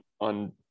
on